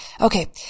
Okay